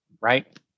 right